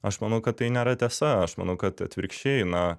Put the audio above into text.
aš manau kad tai nėra tiesa aš manau kad atvirkščiai na